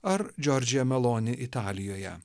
ar džordžiją meloni italijoje